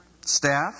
Staff